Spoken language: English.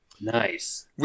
Nice